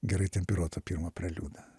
gerai temperuotą pirmą preliudą